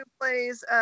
plays